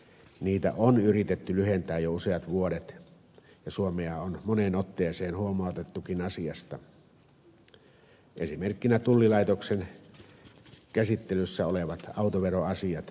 niitä on yritetty lyhentää jo useat vuodet ja suomea on moneen otteeseen huomautettukin asiasta esimerkkinä tullilaitoksen käsittelyssä olevat autoveroasiat